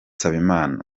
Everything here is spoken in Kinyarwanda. nsabimana